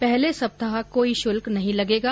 पहले सप्ताह कोई शुल्क नहीं लगेगा